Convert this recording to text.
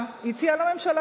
יצא לעבוד,